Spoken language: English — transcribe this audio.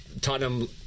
Tottenham